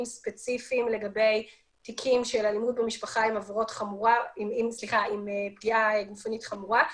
ספציפיים לגבי תיקים של אלימות במשפחה עם פגיעה גופנית חמורה,